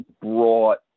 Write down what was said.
brought